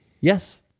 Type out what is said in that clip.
Yes